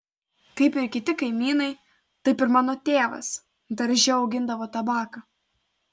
kaip ir kiti kaimynai taip ir mano tėvas darže augindavo tabaką